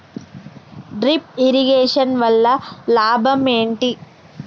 Drip irrigation వల్ల లాభం ఏంటి?